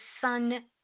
sun